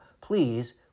please